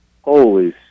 Holy